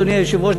אדוני היושב-ראש,